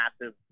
massive